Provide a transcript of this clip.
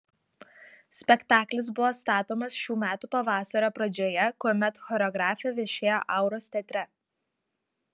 spektaklis buvo statomas šių metų pavasario pradžioje kuomet choreografė viešėjo auros teatre